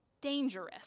dangerous